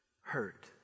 hurt